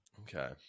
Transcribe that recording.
Okay